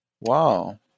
Wow